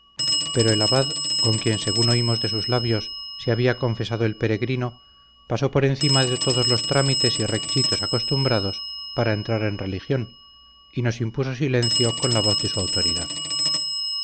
pero el abad con quien según oímos de sus labios se había confesado el peregrino pasó por encima de todos los trámites y requisitos acostumbrados para entrar en religión y nos impuso silencio con la voz de su autoridad